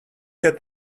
yet